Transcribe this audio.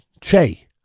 che